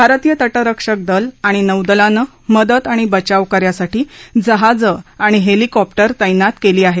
भारतीय तटरक्षक दल आणि नौदलानं मदत आणि बचावकार्यांसाठी जहाजं आणि हेलिकॉप्टर तैनात केली आहेत